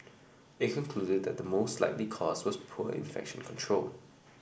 it concluded that the most likely cause was poor infection control